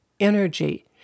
energy